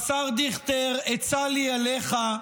השר דיכטר, עצה לי אליך,